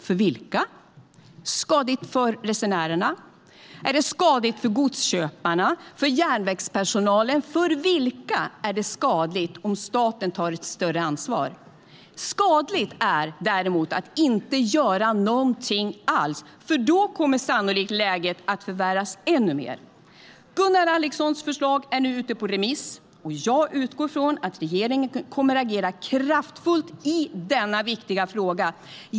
Är det skadligt för resenärerna, för godsköparna eller för järnvägspersonalen? För vilka är det skadligt om staten tar ett större ansvar? Skadligt är däremot att inte göra någonting alls, för då kommer sannolikt läget att förvärras ännu mer. Gunnar Alexanderssons förslag är nu ute på remiss. Jag utgår ifrån att regeringen kommer att agera kraftfullt i denna viktiga fråga.